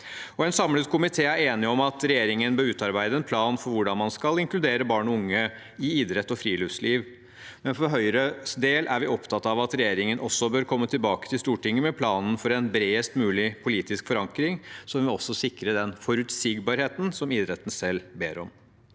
En samlet komité er enige om at regjeringen bør utarbeide en plan for hvordan man skal inkludere barn og unge i idrett og friluftsliv. For Høyres del er vi opptatt av at regjeringen også bør komme tilbake til Stortinget med planen for en bredest mulig politisk forankring, slik at vi også sikrer den forutsigbarheten som idretten selv ber om.